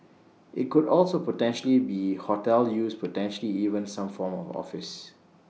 IT could also potentially be hotel use potentially even some form of office